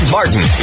Martin